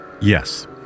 Yes